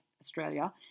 Australia